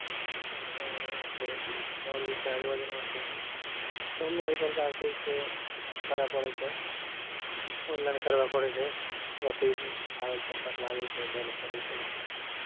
जन धन योजना छै आओर भी कए योजना छै सभमे एही प्रकारके जे छै करय पड़ैत छै ऑनलाइन करबय पड़ैत छै रसीद कागज पत्तर लागै छै दै लेल पड़ैत छै